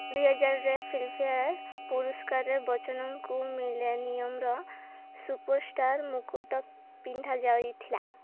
ଦୁଇ ହଜାରରେ Filmfare ପୁରସ୍କାରରେ ବଚ୍ଚନଙ୍କୁ ମିଲେନିୟମର ସୁପର୍ ଷ୍ଟାର୍ ମୁକୁଟ ପିନ୍ଧା ଯାଇଥିଲା